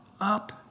up